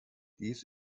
dies